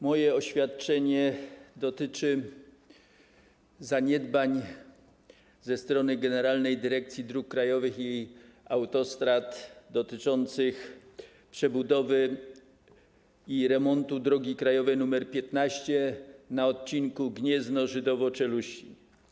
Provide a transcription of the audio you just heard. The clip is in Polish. Moje oświadczenie dotyczy zaniedbań ze strony Generalnej Dyrekcji Dróg Krajowych i Autostrad związanych z przebudową i remontem drogi krajowej nr 15 na odcinku Gniezno - Żydowo - Czeluścin.